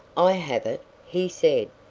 i have it, he said,